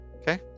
Okay